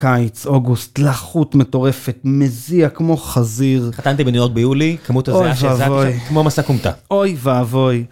קיץ, אוגוסט, לחות מטורפת, מזיע כמו חזיר. התחתנתי בניו יורק ביולי, כמות הזיעה שהיתה שם, אוי ואבוי, כמו מסע קומטה. אוי ואבוי.